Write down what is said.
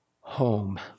home